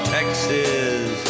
Texas